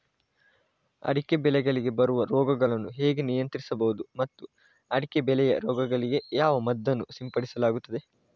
ಅಡಿಕೆ ಬೆಳೆಗಳಿಗೆ ಬರುವ ರೋಗಗಳನ್ನು ಹೇಗೆ ನಿಯಂತ್ರಿಸಬಹುದು ಮತ್ತು ಅಡಿಕೆ ಬೆಳೆಯ ರೋಗಗಳಿಗೆ ಯಾವ ಮದ್ದನ್ನು ಸಿಂಪಡಿಸಲಾಗುತ್ತದೆ?